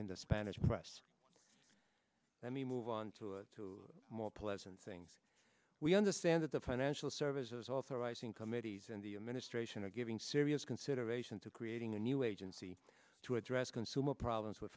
in the spanish press let me move on to two more pleasant things we understand that the financial services authorizing committees and the administration are giving serious consideration to creating a new agency to address consumer problems with